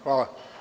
Hvala.